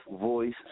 voice